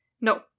No